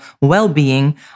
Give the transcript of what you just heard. well-being